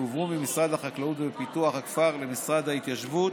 יועברו ממשרד החקלאות ופיתוח הכפר למשרד ההתיישבות,